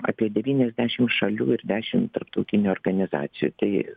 apie devyniasdešim šalių ir dešim tarptautinių organizacijų tai